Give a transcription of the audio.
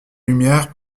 lumières